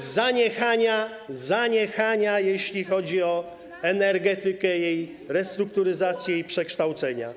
Są zaniechania, jeśli chodzi o energetykę, jej restrukturyzację i przekształcenia.